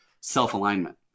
self-alignment